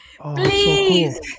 Please